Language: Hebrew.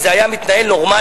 אם זה היה מתנהל נורמלי,